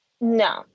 No